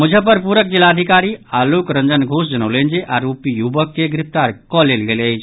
मुजफ्फरपुरक जिलाधिकारी आलोक रंजन घोष जनौलनि जे आरोपी युवक के गिरफ्तार कऽ लेल गेल अछि